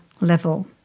level